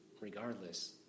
regardless